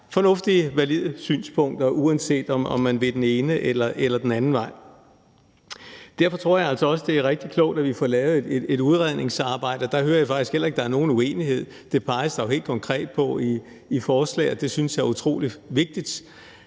fornuftige og valide synspunkter, uanset om man vil gå den ene eller den anden vej. Derfor tror jeg altså også, det er rigtig klogt, at vi får lavet et udredningsarbejde. Der hører jeg faktisk heller ikke, der er nogen uenighed. Det peges der jo helt konkret på i forslaget, og jeg synes, det er utrolig vigtigt,